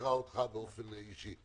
שבחרה אותך באופן אישי.